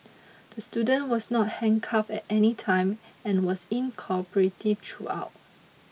the student was not handcuffed at any time and was in cooperative throughout